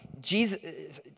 Jesus